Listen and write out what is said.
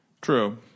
True